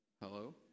Hello